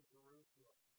Jerusalem